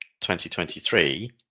2023